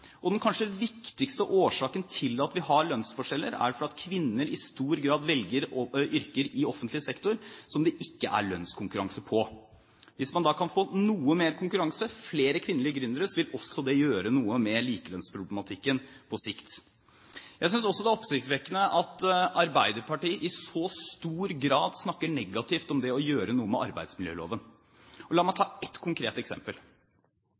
strukturene. Den kanskje viktigste årsaken til at vi har lønnsforskjeller, er at kvinner i stor grad velger yrker i offentlig sektor, hvor det ikke er lønnskonkurranse. Hvis man da kan få noe mer konkurranse og flere kvinnelige gründere, vil det også gjøre noe med likelønnsproblematikken på sikt. Jeg synes også det er oppsiktsvekkende at Arbeiderpartiet i så stor grad snakker negativt om det å gjøre noe med arbeidsmiljøloven. La meg ta ett konkret eksempel.